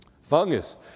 Fungus